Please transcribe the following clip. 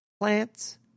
Plants